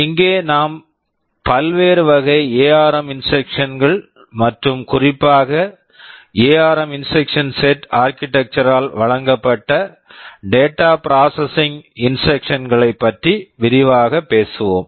இங்கே நாம் பல்வேறு வகை எஆர்ம் ARM இன்ஸ்ட்ரக்க்ஷன்ஸ் instructions கள் மற்றும் குறிப்பாக ARM ARM instruction Instruction set set architecture architecture ஆல் வழங்கப்பட்ட data processing data processing instructions Instructions களைப் பற்றி விரிவாகப் பேசுவோம்